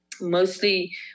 mostly